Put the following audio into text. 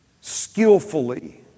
skillfully